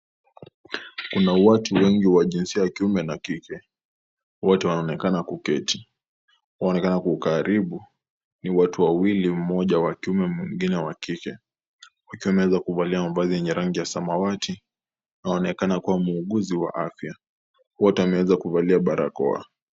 Kuna watu wengi wa jinsia ya kiume na kike, wote wanaonekana kuketi. Wanaonekana kwa karibu ni watu wawili, mmoja wa kiume mwingine wa kike wakiwa wemewaza kuvalia mavazi yenye rangi ya samawati. Waonekana kuwa muuguzi wa afya. Wote wameweza kuvalia barakoa.